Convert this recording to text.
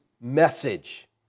message